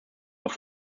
auf